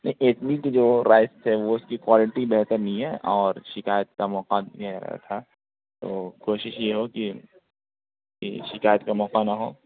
نہ اٹلی کے جو ہے رائس جو ہے اُس کی کوالٹی بہتر نہیں ہے اور شکایت کا موقع تھا تو کوشش یہ ہو کہ کہ شکایت کا موقع نہ ہو